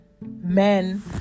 men